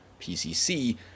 PCC